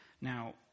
Now